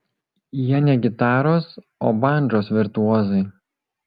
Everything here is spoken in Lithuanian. jie ne gitaros o bandžos virtuozai